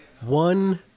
one